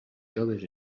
joves